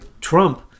Trump